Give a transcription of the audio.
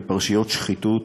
מפרשיות שחיתות,